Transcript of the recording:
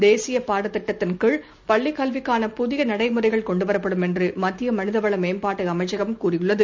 தேசிய பாடத்திட்டத்தின் கீழ் பள்ளிக் கல்விக்கான புதிய நடைமுறைகள் கொண்டு வரப்படும் என்று மத்திய மனித வள மேம்பாட்டு அமைச்சகம் கூறியுள்ளது